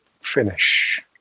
finish